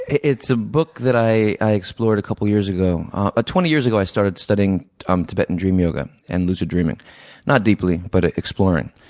it's a book that i i explored a couple years ago. about ah twenty years ago, i started studying um tibetan dream yoga and lucid dreaming not deeply, but ah exploring.